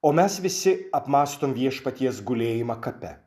o mes visi apmąstom viešpaties gulėjimą kape